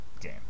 game